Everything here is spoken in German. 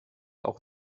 auch